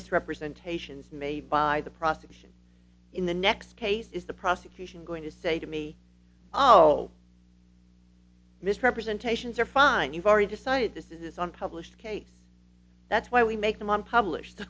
misrepresentations made by the prosecution in the next case is the prosecution going to say to me oh misrepresentations are fine you've already decided this on published case that's why we make them on published